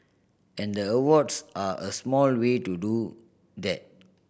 and the awards are a small way to do that